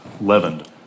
leavened